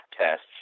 tests